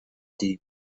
deep